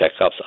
checkups